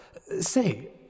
Say